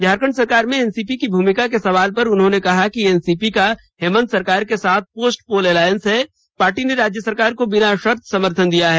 झारखंड सरकार में एनसीपी की भूमिका के सवाल पर उन्होंने कहा है कि एनसीपी का हेमंत सरकार के साथ पोस्ट पोल एलाइंस है पार्टी ने राज्य सरकार को बिना शर्त समर्थन दिया है